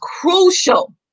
crucial